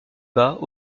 bas